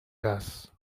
gas